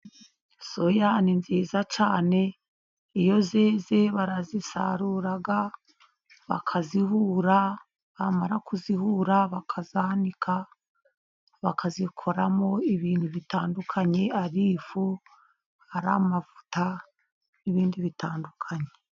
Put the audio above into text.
Soya ni nziza cyane. Iyo zeze, barazisarura, bakazihura, bamara kuzihura, bakazanika, bakazikoramo ibintu bitandukanye; ari ifu, ari amavuta n'ibindi bitandukanye.